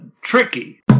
Tricky